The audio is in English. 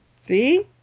see